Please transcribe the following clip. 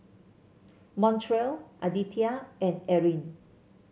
Montrell Aditya and Eryn